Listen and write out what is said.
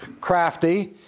crafty